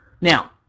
Now